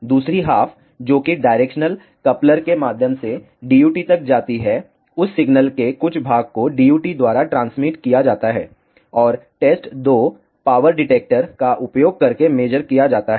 दूसरी हाफ जो कि डायरेक्शनल कपलर के माध्यम से DUT तक जाती है उस सिग्नल के कुछ भाग को DUT द्वारा ट्रांसमिट किया जाता है और टेस्ट 2 पावर डिटेक्टर का उपयोग करके मेज़र किया जाता है